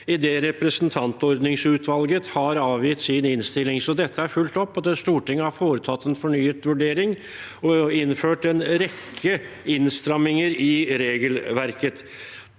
idet representantordningsutvalget har avgitt sin innstilling, så dette er fulgt opp. Stortinget har foretatt en fornyet vurdering og innført en rekke innstramminger i regelverket.